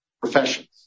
professions